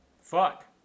fuck